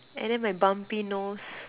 and then my bumpy nose